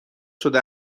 شده